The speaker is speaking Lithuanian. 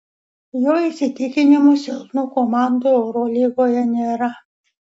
jo įsitikinimu silpnų komandų eurolygoje nėra